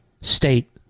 state